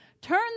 turn